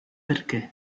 perché